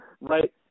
right